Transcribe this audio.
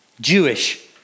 Jewish